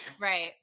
Right